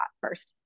first